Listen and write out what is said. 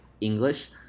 English